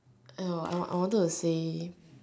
I'll I I wanted to say